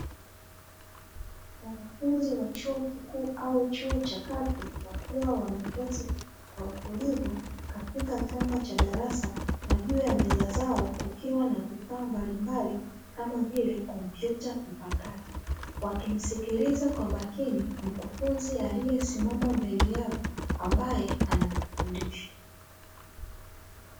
Wanafunzi wa chuo kikuu au chuo cha kati wakiwa wameketi kwa utulivu katika chumba cha darasa na juu ya meza zao, kukiwa na vifaa mbalimbali kama vile kompyuta mpakato, wakimsikiliza kwa makini mkufunzi aliyesimama mbele yao ambaye anawafundisha.